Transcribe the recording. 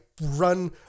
run